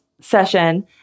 session